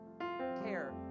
care